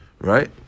right